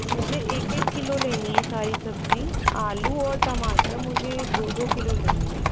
मुझे एक एक किलो लेनी हैं सारी सब्ज़ी आलू और टमाटर मुझे दो दो किलो लेने हैं